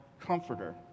comforter